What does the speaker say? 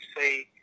say